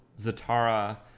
Zatara